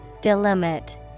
Delimit